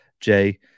Jay